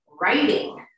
writing